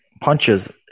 Punches